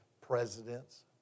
presidents